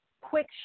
quick